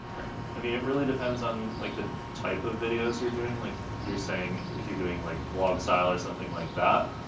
right, i mean it really depends on like the type of videos you're doing, like you're saying, if you're doing like vlog style or something like that,